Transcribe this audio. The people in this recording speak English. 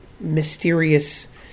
mysterious